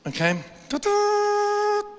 Okay